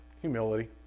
Humility